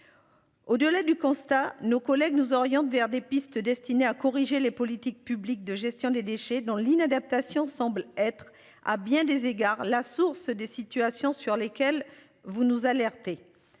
Au-delà du constat, nos collègues nous oriente vers des pistes destinées à corriger les politiques publiques de gestion des déchets dans l'inadaptation semble être à bien des égards la source des situations sur lesquelles vous nous alerter.